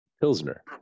Pilsner